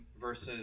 versus